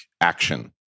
action